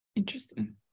Interesting